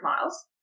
miles